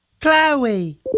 Chloe